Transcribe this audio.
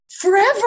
forever